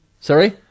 Sorry